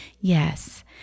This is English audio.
yes